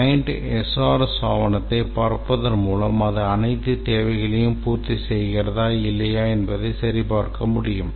client SRS ஆவண த்தை பார்ப்பதன் மூலம் அது அனைத்து தேவைகளையும் பூர்த்திசெய்கிறதா இல்லையா என்பதை சரிபார்க்க முடியும்